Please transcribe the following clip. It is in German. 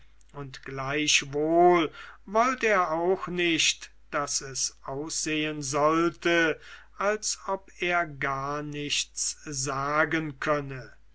und gleichwohl wollt er auch nicht daß es aussehen sollte als ob er gar nichts sagen könne